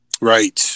Right